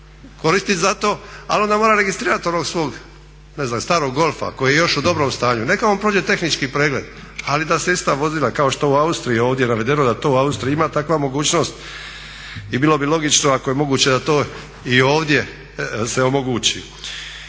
koristit za to, ali onda mora registrirat onog svog ne znam starog golf koji je još u dobrom stanju. Neka on prođe tehnički pregleda, ali da se ista vozila kao što je u Austriji, ovdje je navedeno da to u Austriji ima takva mogućnost i bilo bi logično ako je moguće da to i ovdje se omogući.